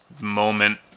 moment